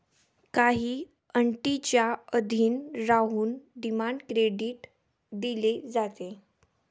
काही अटींच्या अधीन राहून डिमांड क्रेडिट दिले जाते